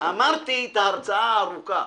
אמרתי את ההרצאה הארוכה,